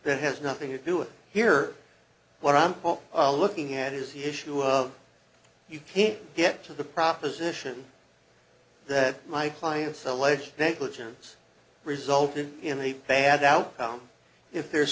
that has nothing to do with here what i'm looking at is the issue of you can't get to the proposition that my client's alleged negligence resulted in a bad outcome if there